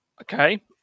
Okay